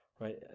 right